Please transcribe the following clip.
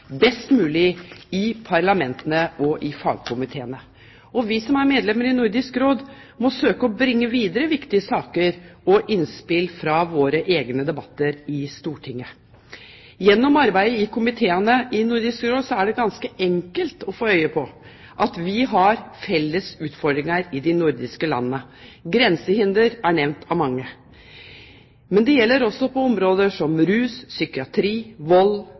best mulig i parlamentene og i fagkomiteene, og vi som er medlemmer i Nordisk Råd, må søke å bringe videre viktige saker og innspill fra våre egne debatter i Stortinget. Gjennom arbeidet i komiteene i Nordisk Råd er det ganske enkelt å få øye på at vi har felles utfordringer i de nordiske landene. Grensehinder er nevnt av mange, men det gjelder også på områder som rus, psykiatri, vold,